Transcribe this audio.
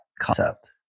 concept